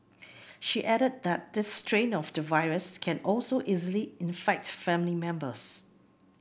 she added that this strain of the virus can also easily infect family members